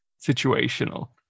situational